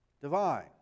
Divine